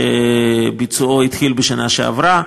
שביצועו התחיל בשנה שעברה.